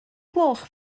gloch